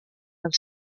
del